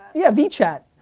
yeah, vee chat.